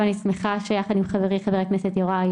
ואני שמחה שאני וחברי חבר הכנסת יוראי